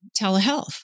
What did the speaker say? telehealth